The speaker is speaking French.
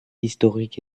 historiques